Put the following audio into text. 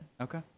Okay